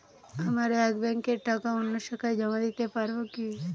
আমার এক ব্যাঙ্কের টাকা অন্য শাখায় জমা দিতে পারব কি?